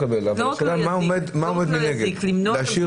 מה עומד לנגד.